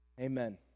Amen